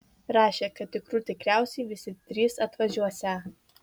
rašė kad tikrų tikriausiai visi trys atvažiuosią